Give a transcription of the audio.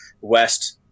west